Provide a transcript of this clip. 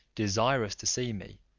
desirous to see me,